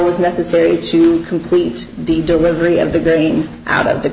was necessary to complete the delivery of the green out of the